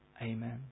Amen